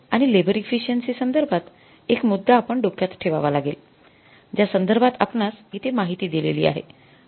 आणि labour efficiency संदर्भात एक मुद्दा आपण डोक्यात ठेवावा लागेल ज्या संदर्भात आपणास इथे माहिती दिलेली आहे